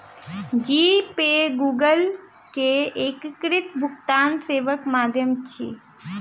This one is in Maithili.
जी पे गूगल के एकीकृत भुगतान सेवाक माध्यम अछि